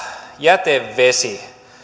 jätevesi